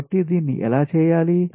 కాబట్టి దీన్ని ఎలా చేయాలి